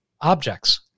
objects